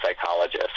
psychologist